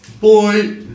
Boy